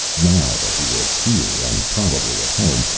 now that he was here and probably at home,